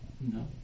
no